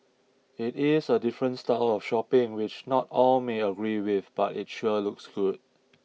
it is a different style of shopping which not all may agree with but it sure looks good